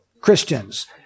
Christians